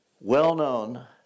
well-known